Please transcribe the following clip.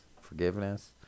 forgiveness